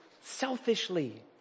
selfishly